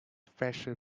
passion